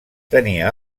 tenia